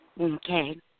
Okay